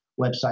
website